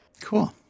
Cool